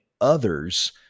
others